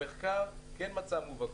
המחקר כן מצא מובהקות,